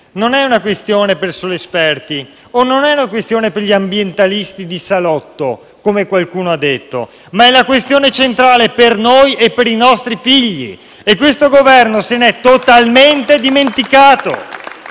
non è per soli esperti e non è una questione per gli ambientalisti da salotto, come qualcuno ha detto. È una questione centrale per noi e per i nostri figli e questo Governo se ne è totalmente dimenticato